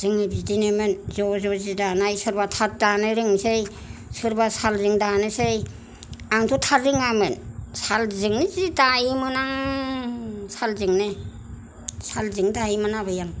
जोङो बिदिनोमोन ज' ज' जि दानाय सोरबा थाब दानो रोंनोसै सोरबा सालजों दानोसै आंथ' थार रोङामोन सालजोंनो जि दायोमोन आं सालजोंनो सालजोंनो दायोमोन आबै आं